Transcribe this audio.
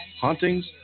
Hauntings